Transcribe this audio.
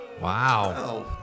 Wow